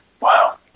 wow